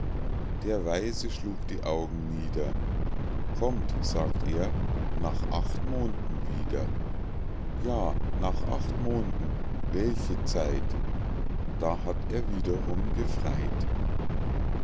der weise schlug die augen nieder kommt sagt er nach acht monden wieder ja nach acht monden welche zeit da hatt er wiederum gefreit